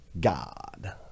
God